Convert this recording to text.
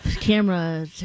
camera